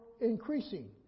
increasing